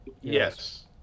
Yes